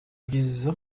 byiza